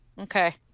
Okay